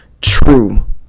true